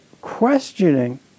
questioning